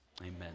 amen